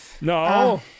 No